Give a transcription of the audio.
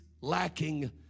lacking